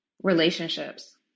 Relationships